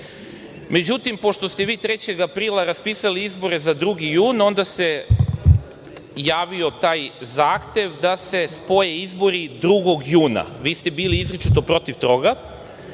datumu.Međutim, pošto ste vi 3. aprila raspisali izbore za 2. jun onda se javio taj zahtev da se spoje izbori 2. juna. Vi ste bili izričito protiv toga. Sada